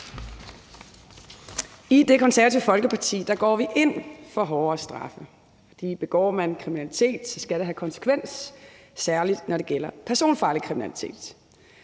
I Det Konservative Folkeparti går vi ind for hårdere straffe. Begår man kriminalitet, skal det have konsekvenser, særlig når det gælder personfarlig kriminalitet.